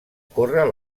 córrer